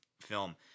film